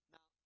Now